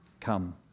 Come